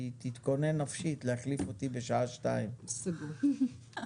שתתכונן נפשית להחליף אותי בשעה 14:00. סגור.